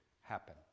happen